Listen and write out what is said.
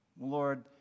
Lord